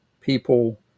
people